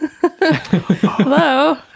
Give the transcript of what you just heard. hello